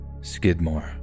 Skidmore